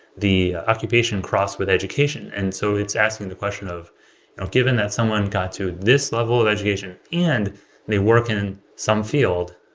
the occupation cross with education. and so it's asking the question of of given that someone got to this level of education and they work in some field,